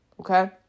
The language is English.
Okay